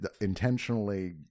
intentionally